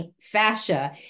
fascia